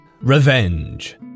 Revenge